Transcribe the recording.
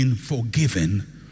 Forgiven